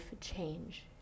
change